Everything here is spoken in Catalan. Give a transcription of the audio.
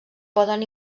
poden